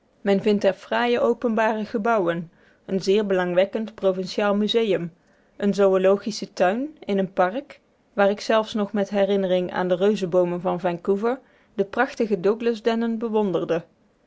men vindt er fraaie openbare gebouwen een zeer belangwekkend provinciaal museum een zoölogischen tuin in een park waar ik zelfs nog met de herinnering aan de reuzenboomen van vancouver de prachtige douglasdennen bewonderde